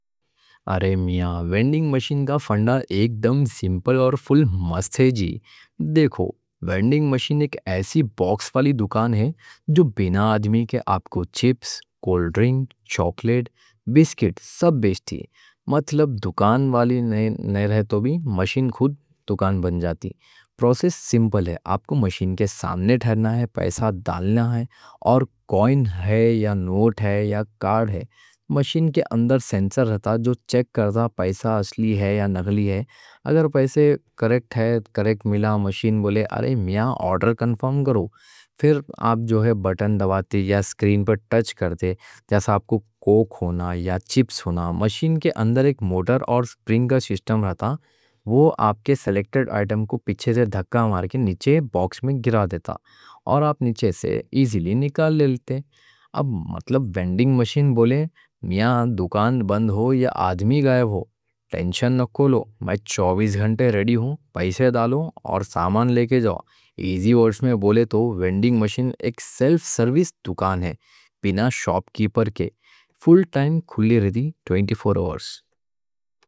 ارے میاں وینڈنگ مشین کا فنڈا ایک دم سمپل اور فل مست ہے جی دیکھو وینڈنگ مشین ایک ایسی باکس والی دکان ہے جو بینہ آدمی کے آپ کو چپس، کول ڈرنگ، چاکلیٹ، بسکٹ سب بیچتی مطلب دکان والی نہیں رہ تو بھی مشین خود دکان بن جاتی پروسیس سمپل ہے، آپ کو مشین کے سامنے ٹھہرنا ہے، پیسہ ڈالنا ہے، اور کوئن ہے یا نوٹ ہے یا کارڈ ہے مشین کے اندر سینسر رہتا جو چیک کرتا پیسہ اصلی ہے یا نقلی ہے اگر پیسے کریکٹ ہے، کریکٹ ملا مشین بولے ارے میاں آرڈر کنفرم کرو پھر آپ جو ہے بٹن دباتے یا سکرین پر ٹچ کرتے جیسا آپ کو کوک ہونا یا چپس ہونا مشین کے اندر ایک موٹر اور سپرنگ کا سسٹم رہتا، وہ آپ کے سیلیکٹڈ آئٹم کو پیچھے سے دھکا مار کے نیچے باکس میں گرا دیتا اور آپ نیچے سے ایزیلی نکال لیتے میاں دکان بند ہو یا آدمی غائب ہو، ٹینشن نکالو، میں چوبیس گھنٹے ریڈی ہوں، پیسے ڈالو اور سامان لے کے جاؤ ایزی ورڈز میں بولے تو وینڈنگ مشین ایک سیلف سروس دکان ہے بینہ شاپ کیپر کے فل ٹائم کھلی رہی 24 آورز